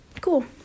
cool